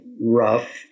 rough